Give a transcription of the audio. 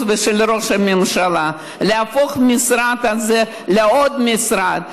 ושל ראש הממשלה להפוך את המשרד הזה לעוד משרד.